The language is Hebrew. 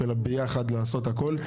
אלא ביחד לעשות את הכול.